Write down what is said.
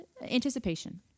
anticipation